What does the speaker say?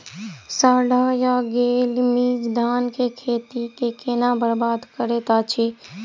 साढ़ा या गौल मीज धान केँ खेती कऽ केना बरबाद करैत अछि?